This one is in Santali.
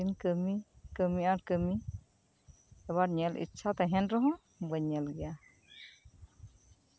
ᱟᱨ ᱥᱟᱨᱟᱫᱤᱱ ᱠᱟᱹᱢᱤ ᱠᱟᱹᱢᱤ ᱟᱨ ᱠᱟᱹᱢᱤ ᱟᱵᱟᱨ ᱧᱮᱞ ᱤᱪᱪᱷᱟ ᱛᱟᱸᱦᱮᱱ ᱨᱮᱦᱚᱸ ᱵᱟᱹᱧ ᱧᱮᱞ ᱜᱮᱭᱟ